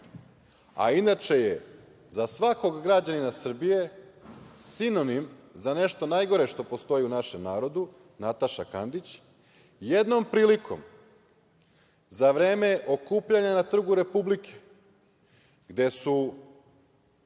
a inače je za svakog građanina Srbije sinonim za nešto najgore što postoji u našem narodu, Nataša Kandić, jednom prilikom, za vreme okupljanja na Trgu Republike, gde su